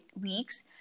weeks